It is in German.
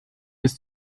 bis